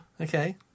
Okay